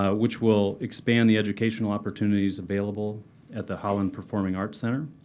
ah which will expand the educational opportunities available at the holland performing arts center.